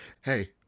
Hey